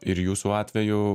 ir jūsų atveju